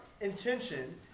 intention